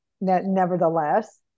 nevertheless